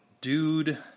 dude